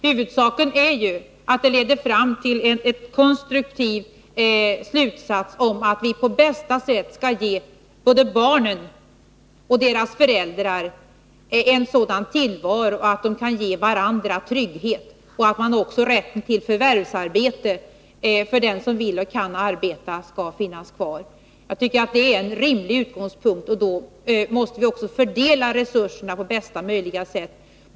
Huvudsaken är ju att de leder fram till en konstruktiv slutsats, som innebär att vi på bästa sätt skall ge både barnen och deras föräldrar en sådan tillvaro att de kan känna trygghet. Också rätten till förvärvsarbete för den som vill och kan arbeta skall finnas kvar. Jag tycker att det är en rimlig utgångspunkt, och då måste vi fördela resurserna på bästa möjliga sätt.